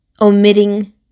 omitting